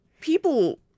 People